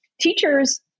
teachers